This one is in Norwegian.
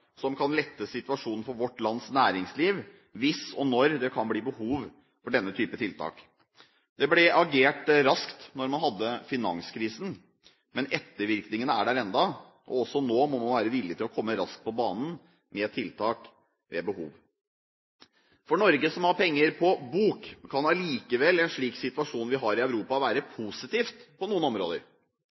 som kan lette situasjonen for vårt lands næringsliv, hvis og når det kan bli behov for denne typen tiltak. Det ble agert raskt da man hadde finanskrisen. Men ettervirkningene er der ennå, og også nå må man være villig til å komme raskt på banen med tiltak ved behov. For Norge, som har penger på bok, kan en slik situasjon vi har i Europa, likevel være positiv på noen områder.